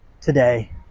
today